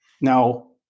Now